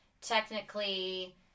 Technically